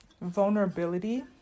vulnerability